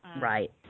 Right